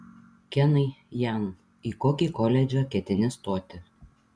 kenai jan į kokį koledžą ketini stoti